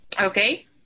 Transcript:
Okay